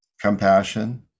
compassion